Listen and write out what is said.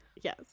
Yes